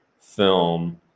film